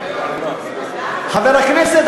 חבר הכנסת,